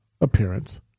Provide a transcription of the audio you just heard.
appearance